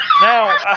now